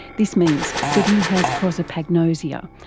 this means that he has prosopagnosia,